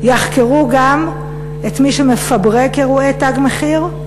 יחקרו גם את מי שמפברק אירועי "תג מחיר",